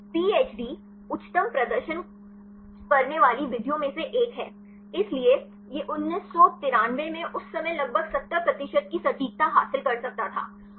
तो PHD उच्चतम प्रदर्शन करने वाली विधियों में से एक है इसलिए यह 1993 में उस समय लगभग 70 प्रतिशत की सटीकता हासिल कर सकता था